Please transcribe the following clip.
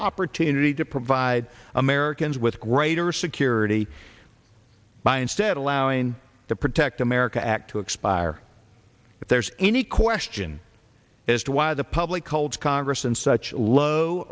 opportunity to provide americans with greater security by instead allowing the protect america act to expire if there's any question as to why the public holds congress in such low